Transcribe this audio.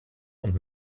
und